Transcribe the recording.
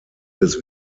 des